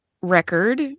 record